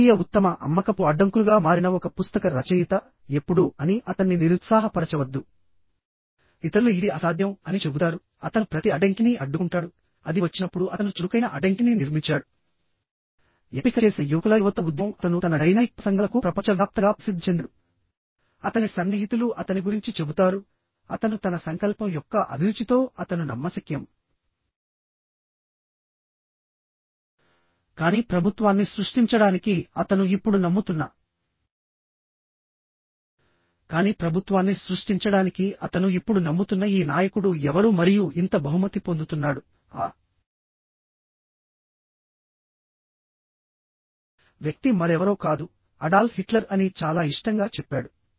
జాతీయ ఉత్తమ అమ్మకపు అడ్డంకులుగా మారిన ఒక పుస్తక రచయిత ఎప్పుడు అని అతన్ని నిరుత్సాహపరచవద్దు ఇతరులు ఇది అసాధ్యం అని చెబుతారు అతను ప్రతి అడ్డంకిని అడ్డుకుంటాడు అది వచ్చినప్పుడు అతను చురుకైన అడ్డంకిని నిర్మించాడు ఎంపిక చేసిన యువకుల యువత ఉద్యమం అతను తన డైనమిక్ ప్రసంగాలకు ప్రపంచవ్యాప్తంగా ప్రసిద్ధి చెందాడుఅతని సన్నిహితులు అతని గురించి చెబుతారు అతను తన సంకల్పం యొక్క అభిరుచితో అతను నమ్మశక్యం కాని ప్రభుత్వాన్ని సృష్టించడానికి అతను ఇప్పుడు నమ్ముతున్న కాని ప్రభుత్వాన్ని సృష్టించడానికి అతను ఇప్పుడు నమ్ముతున్న ఈ నాయకుడు ఎవరు మరియు ఇంత బహుమతి పొందుతున్నాడు ఆ వ్యక్తి మరెవరో కాదు అడాల్ఫ్ హిట్లర్ అని చాలా ఇష్టంగా చెప్పాడు